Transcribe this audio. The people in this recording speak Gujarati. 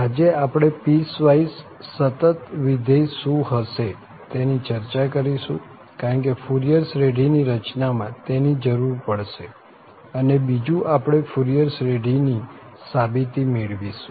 આજે આપણે પીસવાઈસ સતત વિધેય શું હશે તેની ચર્ચા કરીશું કારણ કે ફુરિયર શ્રેઢીની રચનામાં તેની જરૂર પડશે અને બીજુ આપણે ફુરિયર શ્રેઢીની સાબિતી મેળવીશું